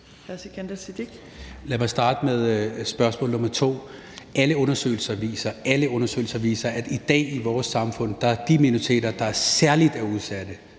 Lad mig starte med spørgsmål nummer to. Alle undersøgelser viser – alle undersøgelse – at de minoriteter, der er særligt udsatte